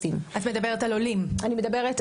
את מדברת על עולים, נכון?